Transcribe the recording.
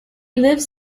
lives